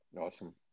Awesome